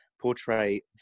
portray